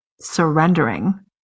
surrendering